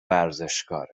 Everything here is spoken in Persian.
ورزشکاره